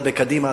קצת בקדימה,